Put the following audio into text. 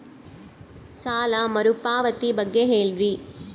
ಸಾಲ ಮರುಪಾವತಿ ಬಗ್ಗೆ ಹೇಳ್ರಿ?